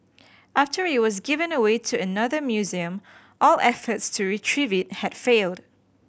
after it was given away to another museum all efforts to retrieve it had failed